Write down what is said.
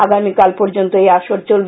আগামীকাল পর্যন্ত এই আসর চলবে